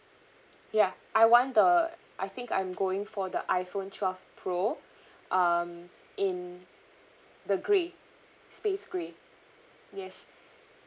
ya I want the I think I'm going for the iphone twelve pro um in the grey space grey yes